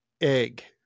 egg